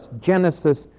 Genesis